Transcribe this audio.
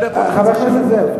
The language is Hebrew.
חבר הכנסת זאב,